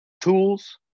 tools